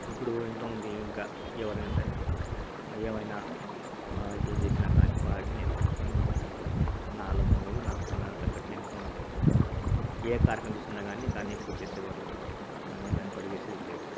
ఇపుడు ఇంతకు ముందు ఇంకా ఎవరినయినా సరే ఏమయినా ఏం చేసినా కాని వాటిని నే పట్టిచ్చుకోను కూడా నా ఆలోచనలు నాకు తగ్గట్టు నేను చేస్తుంటాను ఏ కార్యక్రమం చూసినా కాని దాన్ని పూర్తిచేసేవరకు నేను వెనకడుగేసేది లేదు